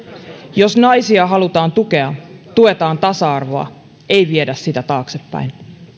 jos naisia halutaan tukea tuetaan tasa arvoa ei viedä sitä taaksepäin